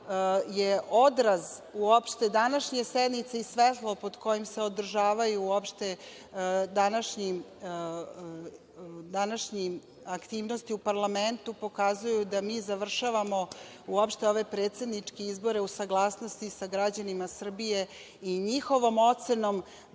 je odraz današnje sednice svetlo pod kojim se održavaju uopšte današnje aktivnosti u parlamentu i pokazuju da mi završavamo ove predsedničke izbore u saglasnosti sa građanima Srbije i njihovom ocenom